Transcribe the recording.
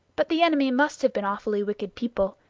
but the enemy must have been awfully wicked people,